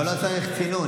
אבל לא צריך צינון.